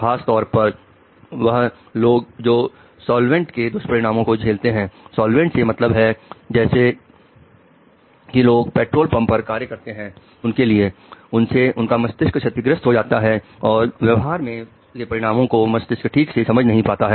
खास तौर पर वह लोग जो सॉल्वेंट के दुष्परिणामों को झेलते हैं साल्वेंट से मतलब है जैसे कि जो लोग पेट्रोल पंप पर कार्य करते हैं उनके लिए उससे उनका मस्तिष्क क्षतिग्रस्त हो जाता है और व्यवहार के परिणामों को मस्तिष्क ठीक से समझ नहीं पाता है